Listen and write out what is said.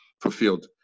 fulfilled